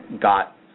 got